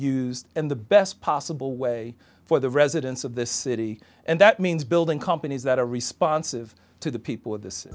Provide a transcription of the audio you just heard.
used in the best possible way for the residents of the city and that means building companies that are responsive to the people of this